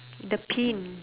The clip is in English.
the pin